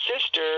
sister